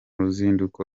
ruzinduko